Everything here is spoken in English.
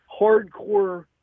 hardcore